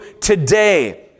today